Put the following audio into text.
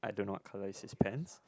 I don't know what color is his pants